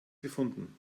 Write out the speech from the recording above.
gefunden